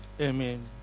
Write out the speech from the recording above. Amen